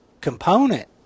component